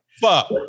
Fuck